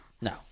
No